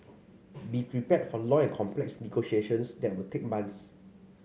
be prepared for long and complex negotiations that will take months